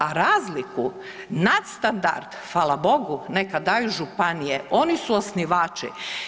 A razliku, nad standard, fala Bogu, neka daju županije, oni su osnivači.